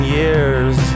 years